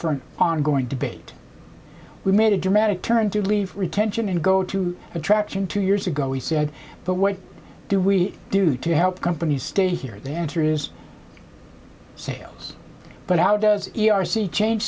for an ongoing debate we made a dramatic turn to leave retention and go to attraction two years ago we said but what do we do to help companies stay here the answer is sales but how does e r c change